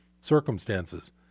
circumstances